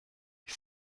ich